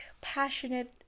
passionate